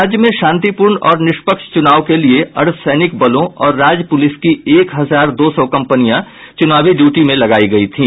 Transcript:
राज्य में शांतिपूर्ण और निष्पक्ष चुनाव के लिये अर्धसैनिक बलों और राज्य पुलिस की एक हजार दो सौ कंपनियां चुनावी ड्यूटी में लगायी गयी थी